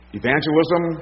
evangelism